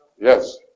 Yes